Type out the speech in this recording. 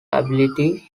ability